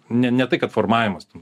ne tai kad formavimas